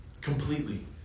Completely